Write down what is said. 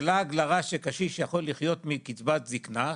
לעג לרש שקשיש יכול לחיות מקצבת זיקנה,